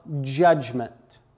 judgment